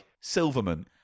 Silverman